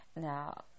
Now